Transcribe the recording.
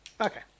Okay